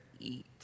eat